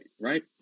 Right